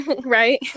right